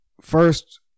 first